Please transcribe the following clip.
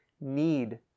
need